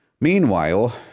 Meanwhile